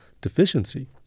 deficiency